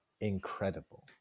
incredible